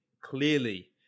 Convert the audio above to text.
clearly